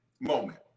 moment